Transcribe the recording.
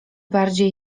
bardziej